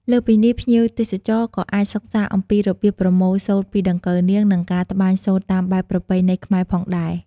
លើសពីនេះ ភ្ញៀវទេសចរក៏អាចសិក្សាអំពីរបៀបប្រមូលសូត្រពីដង្កូវនាង និងការត្បាញសូត្រតាមបែបប្រពៃណីខ្មែរផងដែរ។